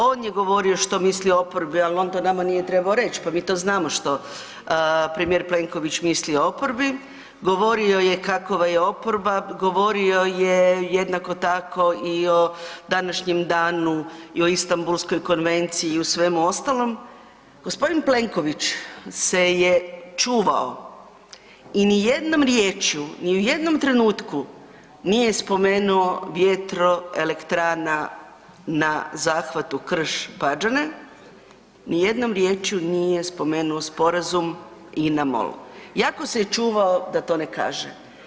On je govorio što misli o oporbi, al on to nama nije trebao reć, pa mi to znamo što premijer Plenković misli o oporbi, govorio je kakova je oporba, govorio je jednako tako i o današnjem danu i o Istambulskoj konvenciji i u svemu ostalom. g. Plenković se je čuvao i nijednom riječju ni u jednom trenutku nije spomenuo vjetroelektrana na zahvatu Krš-Pađene, nijednom riječju nije spomenuo Sporazum INA-MOL, jako se je čuvao da to ne kaže.